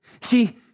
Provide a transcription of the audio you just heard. See